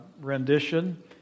rendition